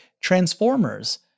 transformers